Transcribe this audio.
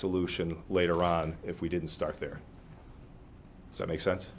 solution later on if we didn't start there so it makes sense